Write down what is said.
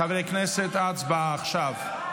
חברי הכנסת, הצבעה עכשיו.